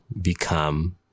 become